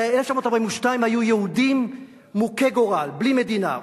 ב-1942 היו יהודים מוכי גורל בלי מדינה,